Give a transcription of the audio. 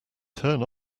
turn